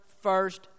first